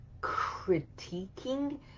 critiquing